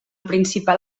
principal